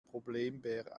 problembär